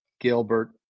Gilbert